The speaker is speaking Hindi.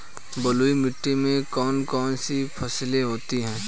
बलुई मिट्टी में कौन कौन सी फसलें होती हैं?